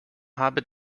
habe